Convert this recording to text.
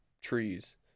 trees